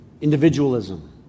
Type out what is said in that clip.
Individualism